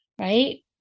right